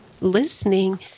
listening